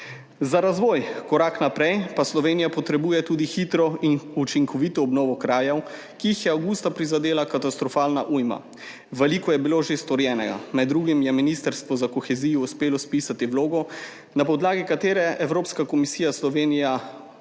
Za razvoj, korak naprej, pa Slovenija potrebuje tudi hitro in učinkovito obnovo krajev, ki jih je avgusta prizadela katastrofalna ujma. Veliko je bilo že storjenega. Med drugim je ministrstvu za kohezijo uspelo spisati vlogo, na podlagi katere Evropska komisija Slovenija